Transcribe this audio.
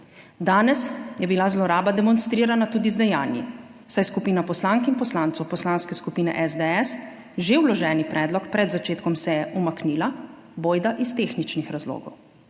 Danes je bila zloraba demonstrirana tudi z dejanji, saj je skupina poslank in poslancev Poslanske skupine SDS že vloženi predlog pred začetkom seje umaknila, bojda iz tehničnih razlogov,